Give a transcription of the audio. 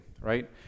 right